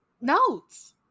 notes